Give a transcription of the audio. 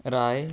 राय